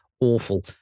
awful